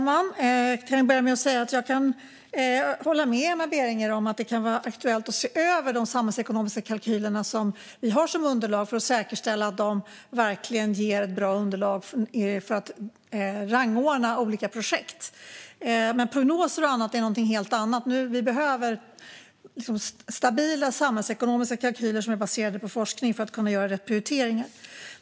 Fru talman! Jag håller med Emma Berginger om att det kan vara aktuellt att se över de samhällsekonomiska kalkyler som vi har som underlag för att säkerställa att de verkligen ger ett bra underlag för att rangordna olika projekt. Men prognoser är något helt annat. Vi behöver stabila samhällsekonomiska kalkyler som är baserade på forskning för att kunna göra rätt prioriteringar. Fru talman!